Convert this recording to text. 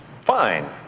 fine